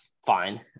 fine